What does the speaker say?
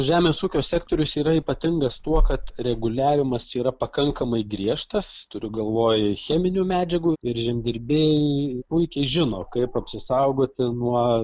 žemės ūkio sektorius yra ypatingas tuo kad reguliavimas yra pakankamai griežtas turiu galvoj cheminių medžiagų ir žemdirbiai puikiai žino kaip apsisaugoti nuo